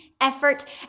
effort